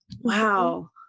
Wow